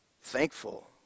thankful